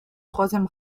troisième